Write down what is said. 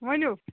ؤنِو